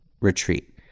retreat